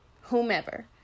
whomever